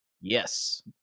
Yes